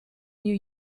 new